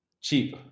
Cheap